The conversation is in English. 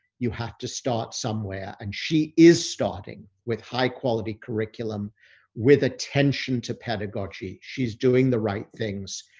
you have to start somewhere, and she is starting with high quality curriculum with attention to pedagogy. she's doing the right things.